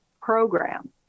program